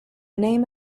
name